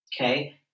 Okay